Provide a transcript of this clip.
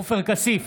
עופר כסיף,